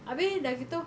abeh dah gitu